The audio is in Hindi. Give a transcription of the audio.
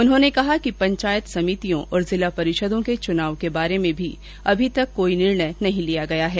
उन्होंने कहा कि पंचायत समितियों और जिला परिषदों के चुनावों के बारे में भी अभी कोई निर्णय नहीं किया गया है